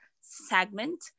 segment